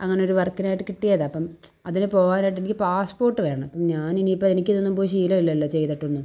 അങ്ങനൊരു വർക്കിനായിട്ട് കിട്ടിയതപ്പം അതിന് പോവാനായിട്ടെനിക്ക് പാസ്പോർട്ട് വേണം ഞാൻ ഇനി ഇപ്പം എനിക്കിതൊന്നും പോയി ശീലം ഇല്ലല്ലോ ചെയ്തിട്ടൊന്നും